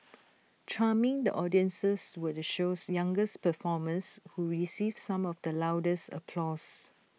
charming the audiences were the show's youngest performers who received some of the loudest applause